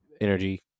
energy